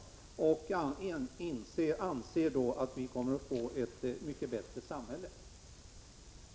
Han anser att vi därigenom kommer att få ett mycket bättre samhälle.